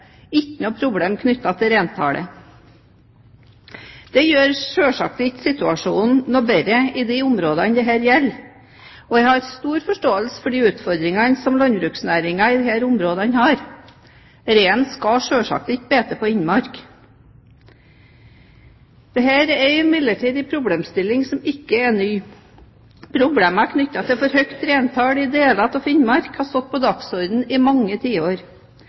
ikke noe problem knyttet til reintallet. Det gjør selvsagt ikke situasjonen noe bedre i de områdene dette gjelder, og jeg har stor forståelse for de utfordringene som landbruksnæringen i disse områdene har. Rein skal selvsagt ikke beite på innmark. Dette er imidlertid en problemstilling som ikke er ny. Problemet knyttet til for høyt reintall i deler av Finnmark har stått på dagsordenen i mange tiår.